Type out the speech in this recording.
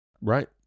Right